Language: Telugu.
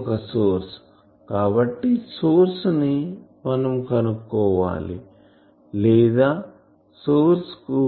ఇది ఒక సోర్స్ కాబట్టి సోర్స్ ని మనం కనుక్కోవాలి లేదా సోర్స్ కు